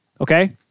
okay